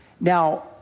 Now